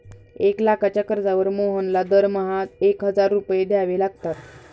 एक लाखाच्या कर्जावर मोहनला दरमहा एक हजार रुपये द्यावे लागतात